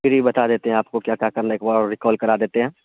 پھر بھی بتا دیتے ہیں آپ کو کیا کیا کرنے کو اور ری کال کرا دیتے ہیں